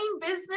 business